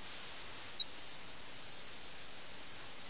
ആനന്ദത്തിന്റെ സ്നേഹം ജീവിതത്തിന്റെ എല്ലാ മേഖലകളിലും